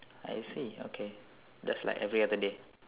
I see okay that's like every other day